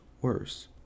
worse